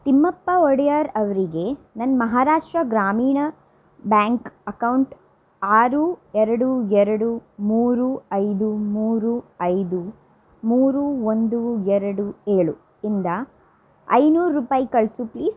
ತಿಮ್ಮಪ್ಪ ಒಡೆಯರ್ ಅವರಿಗೆ ನನ್ನ Maharashtra Gramin bank account ಆರು ಎರಡು ಎರಡು ಮೂರು ಐದು ಮೂರು ಐದು ಮೂರು ಒಂದು ಎರಡು ಏಳು ಇಂದ ಐನೂರು ರೂಪಾಯಿ ಕಳಿಸು ಪ್ಲೀಸ್